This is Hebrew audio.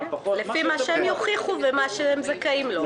גם פחות --- לפי מה שהם יוכיחו ומה שהם זכאים לו.